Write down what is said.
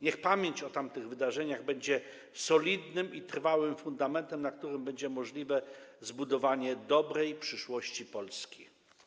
Niech pamięć o tamtych wydarzeniach będzie solidnym i trwałym fundamentem, na którym będzie możliwe zbudowanie dobrej przyszłości Polski.